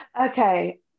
Okay